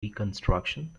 reconstruction